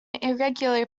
irregular